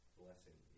blessing